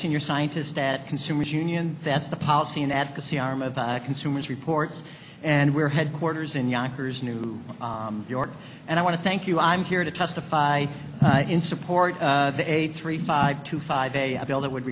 senior scientist at consumers union that's the policy and advocacy arm of consumers reports and we're headquarters in yonkers new york and i want to thank you i'm here to testify in support of the eight three five to five a a bill that would